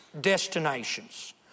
destinations